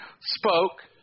spoke